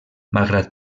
malgrat